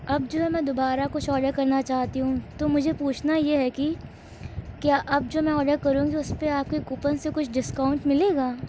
اب جو ہے میں دوبارہ کچھ آڈر کرنا چاہتی ہوں تو مجھے پوچھنا یہ ہے کہ کیا اب جو میں آڈر کروں گی اس پہ آپ کی کوپن سے کچھ ڈسکاؤنٹ ملے گا